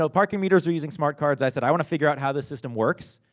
so parking meters were using smart cards. i said, i wanna figure out how the system works.